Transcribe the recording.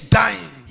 dying